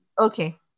Okay